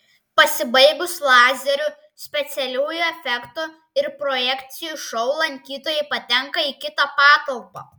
pasibaigus lazerių specialiųjų efektų ir projekcijų šou lankytojai patenka į kitą patalpą